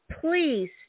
Please